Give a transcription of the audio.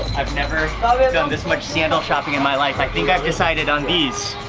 i've never done this much sandal shopping in my life. i think i've decided on these.